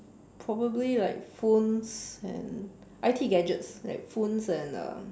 probably like phones and I_T gadgets like phones and uh